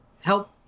help